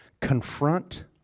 confront